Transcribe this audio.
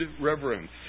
reverence